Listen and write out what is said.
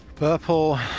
Purple